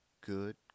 good